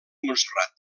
montserrat